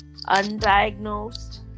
undiagnosed